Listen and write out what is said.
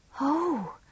Oh